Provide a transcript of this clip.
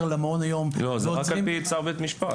למעון היום --- זה רק על פי צו של בית משפט.